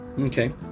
Okay